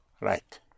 Right